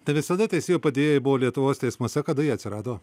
tai visada teisėjų padėjėjai buvo lietuvos teismuose kada jie atsirado